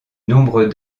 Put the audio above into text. nombre